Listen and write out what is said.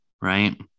right